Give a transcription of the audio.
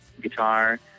guitar